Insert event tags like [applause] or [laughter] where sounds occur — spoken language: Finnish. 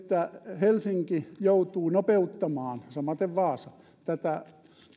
[unintelligible] että helsinki joutuu nopeuttamaan samaten vaasa tätä